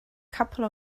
couple